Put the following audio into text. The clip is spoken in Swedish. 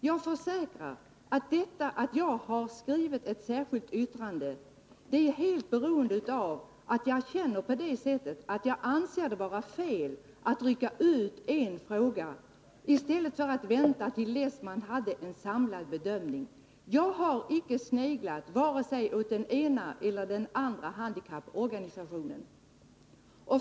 Jag försäkrar att anledningen till att jag har avgivit ett särskilt yttrande helt och hållet är att jag anser det vara fel att rycka ut en fråga i stället för att vänta och lägga förslag tills man har en samlad bedömning. Jag har inte sneglat åt FUB eller någon annan handikapporganisation.